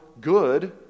good